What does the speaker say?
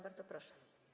Bardzo proszę.